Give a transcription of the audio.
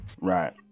Right